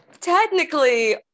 technically